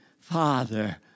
father